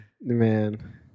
man